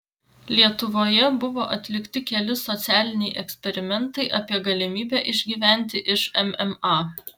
lietuvoje buvo atlikti keli socialiniai eksperimentai apie galimybę išgyventi iš mma